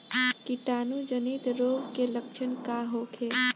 कीटाणु जनित रोग के लक्षण का होखे?